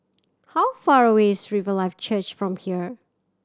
how far away is Riverlife Church from here